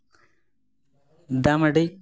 ᱫᱟᱜ ᱢᱟ ᱰᱤ